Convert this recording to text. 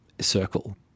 circle